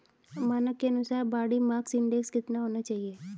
मानक के अनुसार बॉडी मास इंडेक्स कितना होना चाहिए?